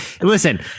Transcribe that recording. Listen